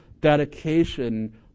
dedication